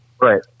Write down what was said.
Right